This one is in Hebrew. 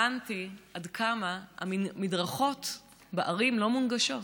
הבנתי עד כמה המדרכות בערים לא מונגשות.